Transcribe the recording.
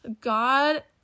God